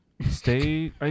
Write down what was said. Stay